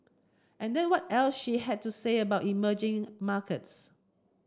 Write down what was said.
and there what else she had to say about emerging markets